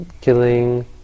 killing